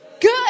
Good